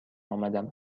آمدم